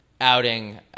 outing